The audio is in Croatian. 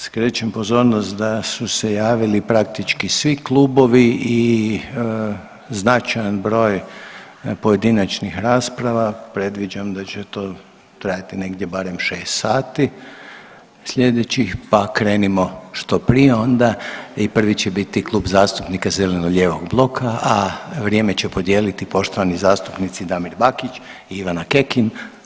Skrećem pozornost da su se javili praktički svi klubovi i značajan broj pojedinačnih rasprava, predviđam da će to trajati negdje barem šest sati sljedećih pa krenimo što prije onda i prvi će biti Klub zastupnika zeleno-lijevog bloka, a vrijeme će podijeliti poštovani zastupnici Damir Bakić i Ivana Kekin.